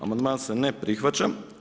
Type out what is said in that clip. Amandman se ne prihvaća.